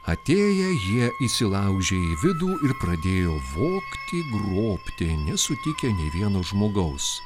atėję jie įsilaužė į vidų ir pradėjo vogti grobti nesutikę nė vieno žmogaus